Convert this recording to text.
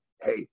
Hey